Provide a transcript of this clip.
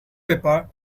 paper